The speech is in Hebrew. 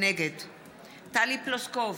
נגד טלי פלוסקוב,